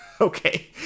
Okay